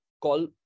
call